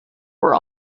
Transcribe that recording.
were